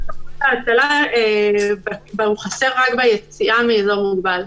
כוחות ההצלה חסר רק ביציאה מאזור מוגבל.